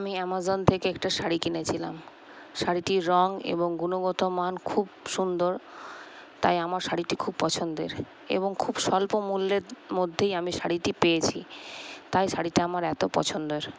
আমি অ্যামাজন থেকে একটা শাড়ি কিনেছিলাম শাড়িটির রং এবং গুণগত মান খুব সুন্দর তাই আমার শাড়িটি খুব পছন্দের এবং খুব স্বল্প মূল্যের মধ্যেই আমি শাড়িটি পেয়েছি তাই শাড়িটা আমার এত পছন্দের